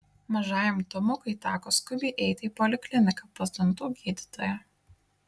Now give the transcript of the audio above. mažajam tomukui teko skubiai eiti į polikliniką pas dantų gydytoją